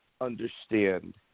understand